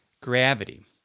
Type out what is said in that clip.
gravity